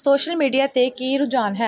social media 'ਤੇ ਕੀ ਰੁਝਾਨ ਹੈ